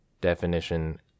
Definition